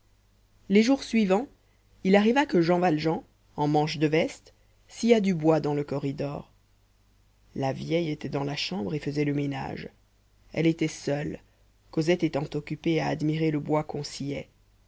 les jours suivants il arriva que jean valjean en manches de veste scia du bois dans le corridor la vieille était dans la chambre et faisait le ménage elle était seule cosette étant occupée à admirer le bois